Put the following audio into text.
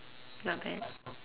not bad